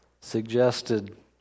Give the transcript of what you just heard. suggested